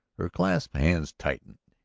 her clasped hands tightened,